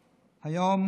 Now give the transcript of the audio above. היושב-ראש,